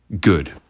good